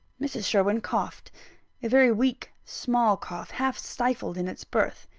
mrs. sherwin coughed a very weak, small cough, half-stifled in its birth.